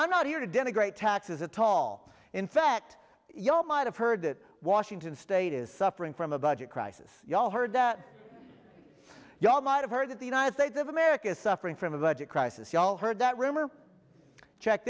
i'm not here to denigrate taxes at all in fact y'all might have heard that washington state is suffering from a budget crisis you all heard that y'all might have heard that the united states of america is suffering from a budget crisis ya'll heard that rumor check